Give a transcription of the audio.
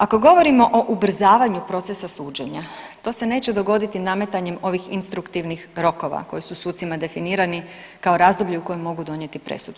Ako govorimo o ubrzavanju procesa suđenja to se neće dogoditi nametanjem ovih instruktivnih rokova koji su sucima definirani kao razdoblje u kojem mogu donijeti presudu.